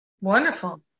Wonderful